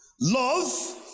Love